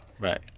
Right